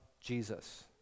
Jesus